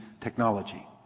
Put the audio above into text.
technology